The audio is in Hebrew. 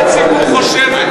מה הציבור חושבת?